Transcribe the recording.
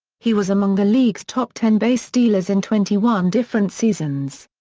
he was among the league's top ten base stealers in twenty one different seasons.